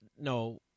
no